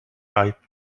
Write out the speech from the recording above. right